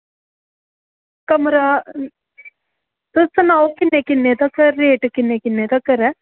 तुस सनाओ थुआढ़े रेट किन्ने किन्ने तगर ऐ